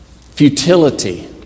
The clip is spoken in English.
Futility